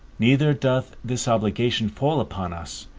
neither doth this obligation fall upon us,